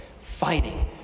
fighting